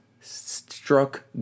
struck